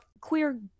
queer